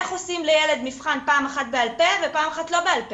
איך עושים לילד מבחן פעם אחת בעל פה ופעם אחת לא בעל פה?